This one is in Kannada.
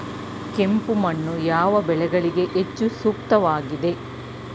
ಕೆಂಪು ಮಣ್ಣು ಯಾವ ಬೆಳೆಗಳಿಗೆ ಹೆಚ್ಚು ಸೂಕ್ತವಾಗಿದೆ?